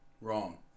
Wrong